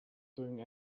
doing